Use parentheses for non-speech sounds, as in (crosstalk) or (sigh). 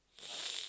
(noise)